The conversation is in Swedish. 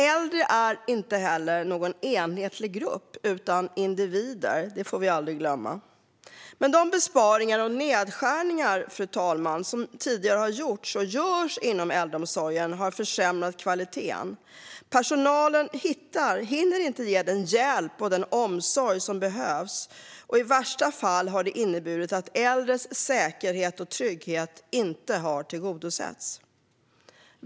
Äldre är heller ingen enhetlig grupp utan individer - det får vi aldrig glömma. De besparingar och nedskärningar som tidigare har gjorts och som görs inom äldreomsorgen har försämrat kvaliteten. Personalen hinner inte ge den hjälp och omsorg som behövs. I värsta fall har detta inneburit att äldres säkerhet och trygghet inte har tillgodosetts.